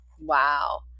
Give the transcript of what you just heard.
Wow